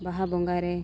ᱵᱟᱦᱟ ᱵᱚᱸᱜᱟ ᱨᱮ